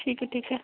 ठीक ऐ ठीक ऐ